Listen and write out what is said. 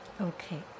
okay